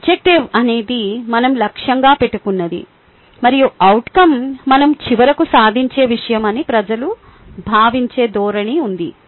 objective అనేది మనం లక్ష్యంగా పెట్టుకున్నది మరియు అవుట్కం మనం చివరకు సాధించే విషయం అని ప్రజలు భావించే ధోరణి ఉంది